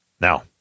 Now